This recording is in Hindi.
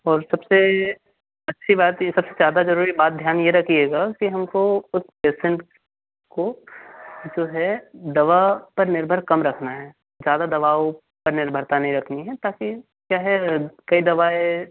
और सबसे अच्छी बात ये सबसे ज़्यादा जरूरी बात ध्यान ये रखिएगा कि हमको उस पेसेन्ट को जो है दवा पर निर्भर कम रखना है ज़्यादा दवाओं पर निर्भरता नहीं रखनी है ताकि क्या है कई दवाएं